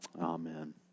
Amen